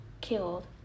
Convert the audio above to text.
killed